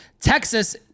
Texas